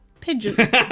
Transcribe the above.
pigeon